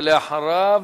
אחריו,